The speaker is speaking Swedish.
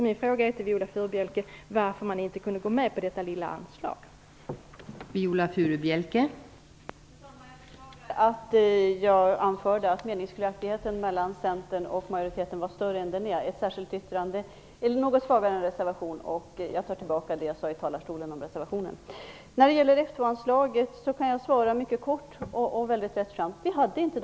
Min fråga till Viola Furubjelke är: Varför kunde man inte gå med på denna lilla anslagsökning?